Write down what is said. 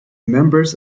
members